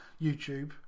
YouTube